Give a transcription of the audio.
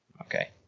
Okay